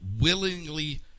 willingly